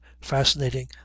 fascinating